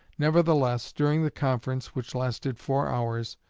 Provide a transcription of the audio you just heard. nevertheless, during the conference, which lasted four hours,